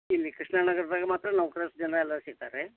ಇಲ್ಲಿ ಕೃಷ್ಣನಗರ್ದಾಗ ಮಾತ್ರ ನೌಕರಸ್ಥ ಜನಯಲ್ಲ ಸಿಗ್ತಾರೆ ರೀ